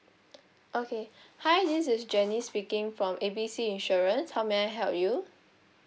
okay hi this is jenny speaking from A B C insurance how may I help you